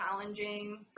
challenging